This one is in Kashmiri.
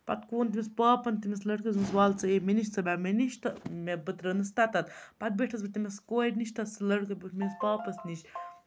پَتہٕ ووٚن تٔمِس پاپَن تٔمِس لٔڑکَس دوٚپنَس وَلہٕ ژٕ اِ مےٚ نِش ژٕ بیٚہہ مےٚ نِش تہٕ مےٚ بہٕ ترٛٲونَس تَتَتھ پَتہٕ بیٖٹھٕس بہٕ تٔمِس کورِ نِش تہٕ سُہ لٔڑکہٕ بیوٗٹھ میٛٲنِس پاپَس نِش